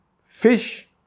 fish